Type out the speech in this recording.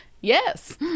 Yes